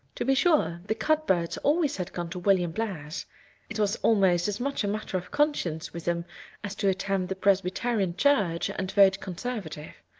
to be sure, the cuthberts always had gone to william blair's it was almost as much a matter of conscience with them as to attend the presbyterian church and vote conservative.